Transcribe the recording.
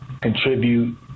contribute